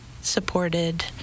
supported